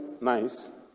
nice